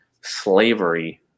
slavery